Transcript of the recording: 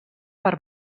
per